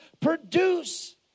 produce